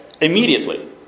immediately